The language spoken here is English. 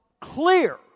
clear